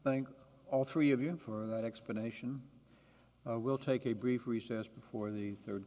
thank all three of you and for that explanation we'll take a brief recess before the third